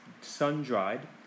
sun-dried